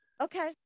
okay